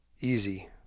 easy